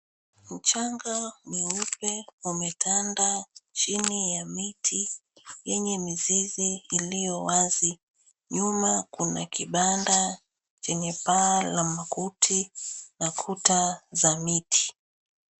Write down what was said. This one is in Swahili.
Mchanga mweupe umetanda chini ya miti yenye mizizi iliyo wazi. Nyuma kuna kibanda chenye paa la makuti na kuta za miti.